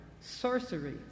sorcery